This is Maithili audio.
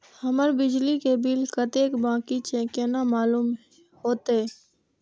हमर बिजली के बिल कतेक बाकी छे केना मालूम होते?